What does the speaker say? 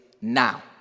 now